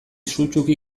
sutsuki